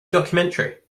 documentary